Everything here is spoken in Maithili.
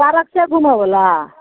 पारक छै घुमै बला